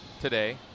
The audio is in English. today